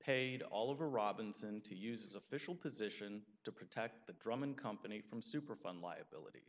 paid all over robinson to use official position to protect the drummond company from superfund liability